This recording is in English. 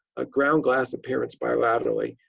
a ground-glass appearance bilaterally.